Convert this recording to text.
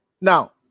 Now